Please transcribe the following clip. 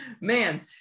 man